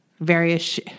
various